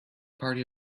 party